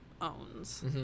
owns